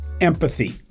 empathy